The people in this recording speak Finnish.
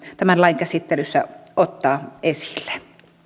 tämän lain käsittelyssä ottaa esille